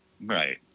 Right